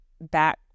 back